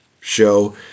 show